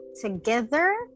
together